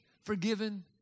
forgiven